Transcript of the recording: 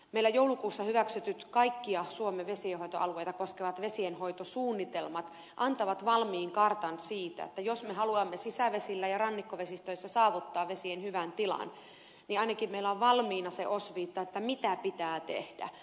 meillä joulukuussa hyväksytyt kaikkia suomen vesienhoitoalueita koskevat vesienhoitosuunnitelmat antavat valmiin kartan niin että jos me haluamme sisävesillä ja rannikkovesistöissä saavuttaa vesien hyvän tilan niin ainakin meillä on valmiina se osviitta mitä pitää tehdä